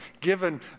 given